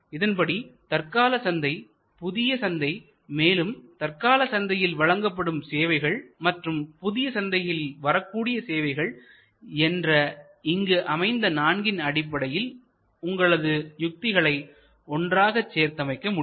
இதன்படி தற்கால சந்தை புதிய சந்தை மேலும் தற்கால சந்தைகளில் வழங்கப்படும் சேவைகள் மற்றும் புதிய சந்தைகளில் வரக்கூடிய சேவைகள் என்ற இங்கு அமைந்த நான்கின் அடிப்படையில் உங்களது யுத்திகளை ஒன்றாகச் சேர்த்து அமைக்க முடியும்